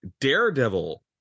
Daredevil